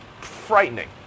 frightening